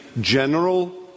general